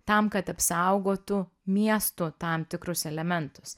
tam kad apsaugotų miestų tam tikrus elementus